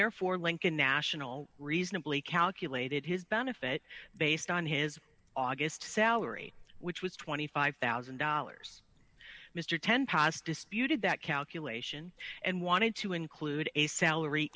therefore lincoln national reasonably calculated his benefit based on his august salary which was twenty five thousand dollars mr ten past disputed that calculation and wanted to include a salary